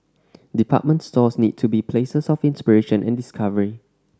department stores need to be places of inspiration and discovery